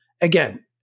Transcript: Again